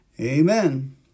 Amen